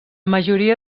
majoria